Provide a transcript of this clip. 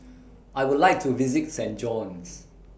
I Would like to visit Saint John's